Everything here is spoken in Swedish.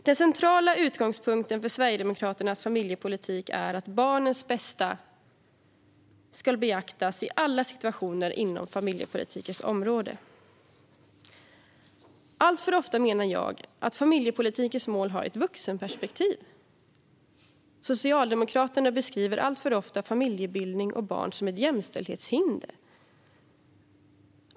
Den centrala utgångspunkten för Sverigedemokraternas familjepolitik är att barnens bästa ska beaktas i alla situationer inom familjepolitikens område. Alltför ofta, menar jag, har familjepolitikens mål ett vuxenperspektiv. Socialdemokraterna beskriver alltför ofta familjebildning och barn som ett jämställdhetshinder.